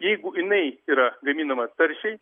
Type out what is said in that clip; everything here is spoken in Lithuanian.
jeigu jinai yra gaminama taršiai